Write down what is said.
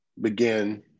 begin